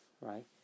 right